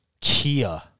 Kia